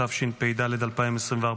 התשפ"ד 2024,